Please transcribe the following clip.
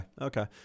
Okay